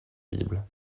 bible